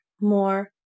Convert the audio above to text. more